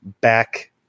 back